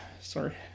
sorry